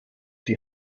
die